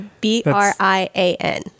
b-r-i-a-n